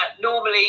normally